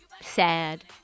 sad